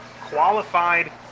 qualified